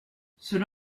cela